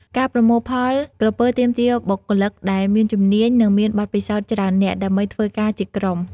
ការប្រមូលផលក្រពើទាមទារបុគ្គលិកដែលមានជំនាញ និងមានបទពិសោធន៍ច្រើននាក់ ដើម្បីធ្វើការជាក្រុម។